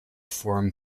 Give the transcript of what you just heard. form